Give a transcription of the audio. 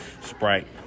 Sprite